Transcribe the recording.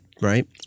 right